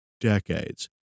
decades